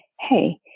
hey